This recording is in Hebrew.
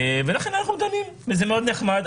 אנחנו דנים וזה מאוד נחמד,